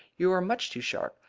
you are much too sharp.